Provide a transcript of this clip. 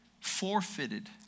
forfeited